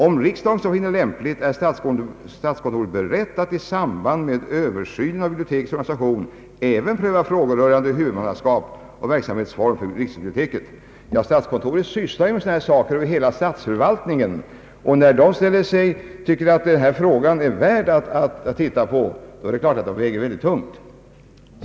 Om riksdagen så finner lämpligt, är statskontoret berett att i samband med översynen av bibliotekets organisation även pröva frågor rörande huvudmannaskap och verksamhetsform för riksdagsbiblioteket.» Statskontoret sysslar som bekant med rationaliseringsfrågor över hela statsförvaltningen, och när statskontoret tycker att denna fråga är värd att pröva, borde det väga mycket tungt.